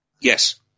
Yes